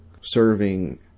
serving